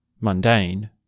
mundane